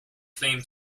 claim